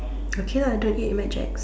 okay don't eat Mad Jack